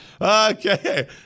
Okay